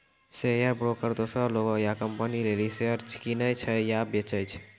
share broker दोसरो लोग या कंपनी लेली शेयर किनै छै या बेचै छै